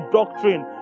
doctrine